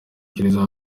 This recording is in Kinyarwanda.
kiliziya